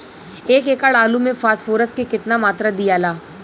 एक एकड़ आलू मे फास्फोरस के केतना मात्रा दियाला?